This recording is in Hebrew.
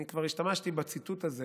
אני כבר השתמשתי בציטוט הזה